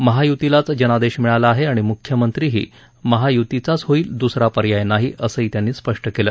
महायुतीलाच जनादेश मिळाला आहे आणि मुख्यमंत्रीही महायुतीचाच होईल दुसरा पर्याय नाही असं त्यांनी स्पष्ट केलं